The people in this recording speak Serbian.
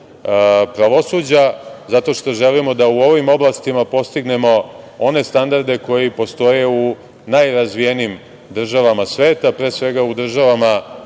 pravosuđa, zato što želimo da u ovim oblastima postignemo one standarde koji postoje u najrazvijenijim državama sveta, pre svega u državama